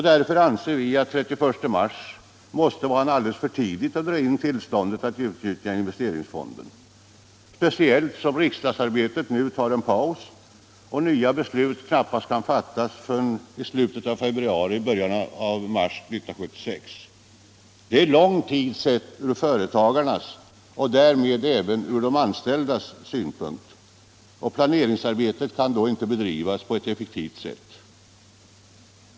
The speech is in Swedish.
Därför anser vi att den 31 mars måste vara en alldeles för tidig tidpunkt att dra in tillståndet att utnyttja investeringsfonden, speciellt som riksdagsarbetet nu tar en paus och några nya beslut knappast kan fattas förrän i slutet av februari eller i början av mars 1976. Det är lång tid ur företagarnas —- och därmed även ur de anställdas — synpunkt, och planeringsarbetet kan då inte bedrivas på ett effektivt sätt.